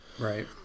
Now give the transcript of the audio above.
Right